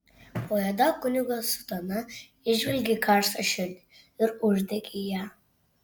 po juoda kunigo sutana įžvelgei karštą širdį ir uždegei ją